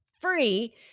free